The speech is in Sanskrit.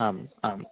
आम् आम्